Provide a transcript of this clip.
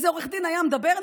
איזה עורך דין היה מדבר,